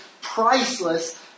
priceless